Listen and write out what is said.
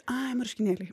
ai marškinėliai